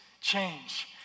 change